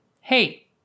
hey